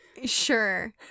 sure